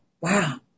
Wow